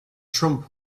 trump